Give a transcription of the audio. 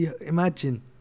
imagine